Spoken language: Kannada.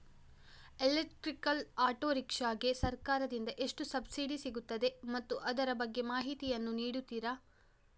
ಎಲೆಕ್ಟ್ರಿಕಲ್ ಆಟೋ ರಿಕ್ಷಾ ಗೆ ಸರ್ಕಾರ ದಿಂದ ಎಷ್ಟು ಸಬ್ಸಿಡಿ ಸಿಗುತ್ತದೆ ಮತ್ತು ಅದರ ಬಗ್ಗೆ ಮಾಹಿತಿ ಯನ್ನು ನೀಡುತೀರಾ?